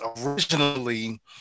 originally